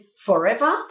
forever